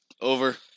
Over